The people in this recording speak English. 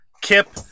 Kip